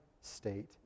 state